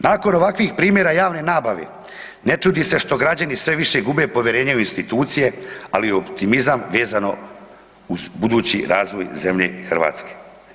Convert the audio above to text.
Nakon ovakvih primjera javne nabave ne čudi se što građani sve više gube povjerenje u institucije, ali i u optimizam vezano uz budući razvoj zemlje Hrvatske.